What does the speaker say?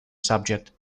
subject